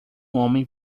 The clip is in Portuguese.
homem